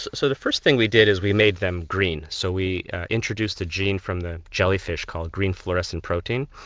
so the first thing we did is we made them green, so we introduced the gene from the jellyfish called green fluorescent protein,